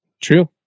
true